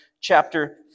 chapter